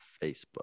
Facebook